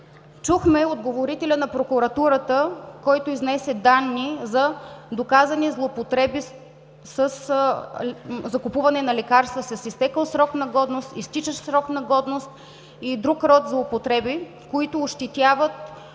Чухме говорителя на прокуратурата, който изнесе данни за доказани злоупотреби със закупуване на лекарства с изтекъл срок на годност, изтичащ срок на годност и друг род злоупотреби, които ощетяват